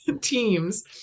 teams